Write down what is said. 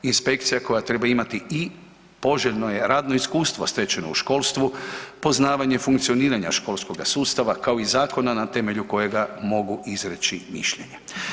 Inspekcija koja treba imati i poželjno je radno iskustvo stečeno u školstvu, poznavanje funkcioniranja školskoga sustava kao i zakona na temelju kojega mogu izreći mišljenje.